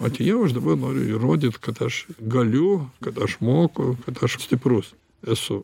atėjau aš dabar noriu įrodyt kad aš galiu kad aš moku kad aš stiprus esu